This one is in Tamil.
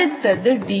அடுத்தது D